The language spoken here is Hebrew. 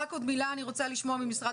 עמדת משרד